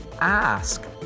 ask